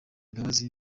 imbabazi